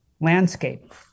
landscape